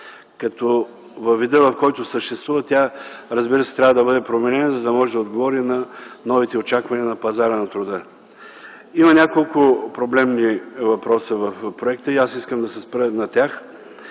като във вида, в който съществува тя, разбира се трябва да бъде променена, за да може да отговори на новите очаквания на пазара на труда. Има няколко проблемни въпроса в законопроекта и аз искам да се спра на тях.